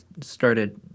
started